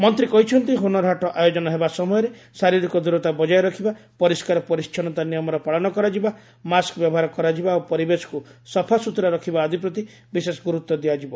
ମନ୍ତ୍ରୀ କହିଛନ୍ତି ହୁନରହାଟ ଆୟୋଜନ ହେବା ସମୟରେ ଶାରିରୀକ ଦୂରତା ବଜାୟ ରଖିବା ପରିସ୍କାର ପରିଚ୍ଚନୃତା ନିୟମର ପାଳନ କରାଯିବା ମାସ୍କ ବ୍ୟବହାର କରାଯିବା ଓ ପରିବେଶକୁ ସଫାସୁତୁରା ରଖିବା ଆଦିପ୍ରତି ବିଶେଷ ଗୁରୁତ୍ୱ ଦିଆଯିବ